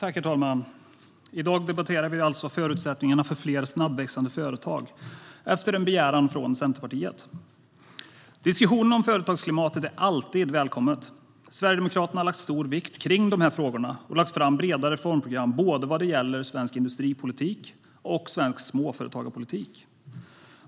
Herr talman! I dag debatterar vi, efter en begäran från Centerpartiet, förutsättningar för fler snabbväxande företag. Diskussionen om företagsklimatet är alltid välkommen. Sverigedemokraterna har lagt stor vikt vid dessa frågor och lagt fram breda reformprogram vad gäller både svensk industripolitik och svensk småföretagarpolitik.